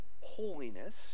holiness